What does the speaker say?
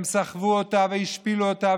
הם סחבו אותה והשפילו אותה,